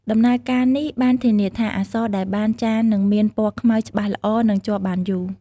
ដំណើរការនេះបានធានាថា អក្សរដែលបានចារនឹងមានពណ៌ខ្មៅច្បាស់ល្អ និងជាប់បានយូរ។